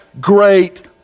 great